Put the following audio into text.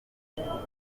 koperative